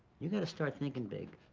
you gotta start thinking big.